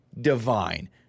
Divine